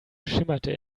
schimmerte